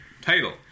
title